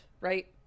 right